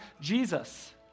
Jesus